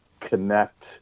connect